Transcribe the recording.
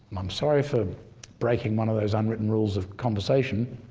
i'm sorry for breaking one of those unwritten rules of conversation,